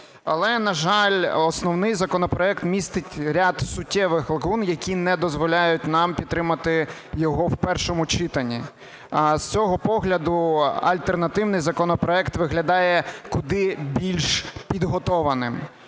Але, на жаль, основний законопроект містить ряд суттєвих лакун, які не дозволяють нам підтримати його в першому читанні. З цього погляду альтернативний законопроект виглядає куди більш підготовленим.